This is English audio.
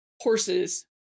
horses